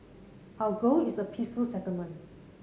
our goal is a peaceful settlement